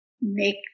make